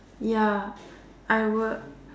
ya I will